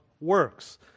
works